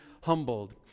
humbled